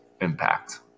impact